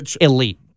Elite